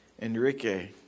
Enrique